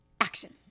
action